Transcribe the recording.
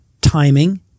timing